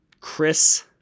Chris